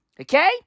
Okay